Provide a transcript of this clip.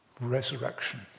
Resurrection